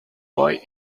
boy